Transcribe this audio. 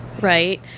right